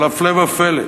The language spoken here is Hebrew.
אבל הפלא ופלא.